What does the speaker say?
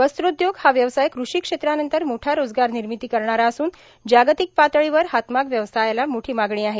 वस्त्रोद्योग हा व्यवसाय कृषी क्षेत्रानंतर मोठा रोजगार र्भर्नामती करणारा असून जार्गातक पातळीवर हातमाग व्यवसायाला मोठों मागणी आहे